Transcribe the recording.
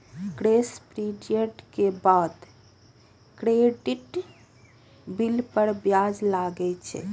grace period के बाद credit bill पर ब्याज लागै छै